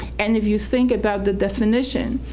and if you think about the definition,